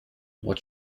what